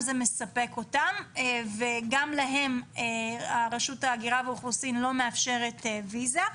גם להם רשות ההגירה והאוכלוסין לא מאפשרת ויזה.